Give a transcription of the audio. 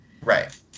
Right